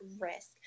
risk